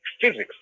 physics